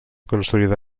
construïda